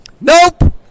nope